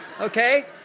Okay